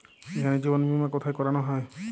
এখানে জীবন বীমা কোথায় করানো হয়?